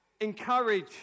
Encourage